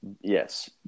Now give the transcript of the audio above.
yes